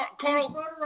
Carl